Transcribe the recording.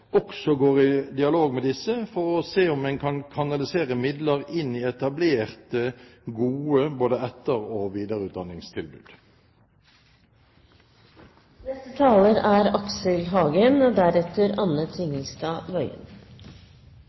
også går i dialog med disse for å se om man kan kanalisere midler inn i etablerte, gode etter- og